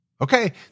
Okay